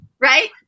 right